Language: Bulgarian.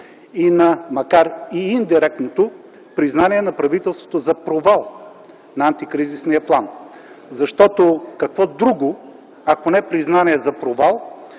на макар и индиректното признание на правителството за провал на антикризисния план, защото какво друго, ако не признание за провал